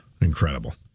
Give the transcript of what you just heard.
Incredible